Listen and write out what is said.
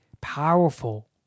powerful